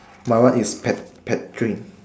my one is pad~ paddling